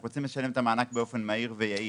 אנחנו רוצים לשלם את המענק באופן מהיר ויעיל.